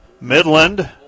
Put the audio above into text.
Midland